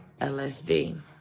LSD